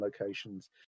locations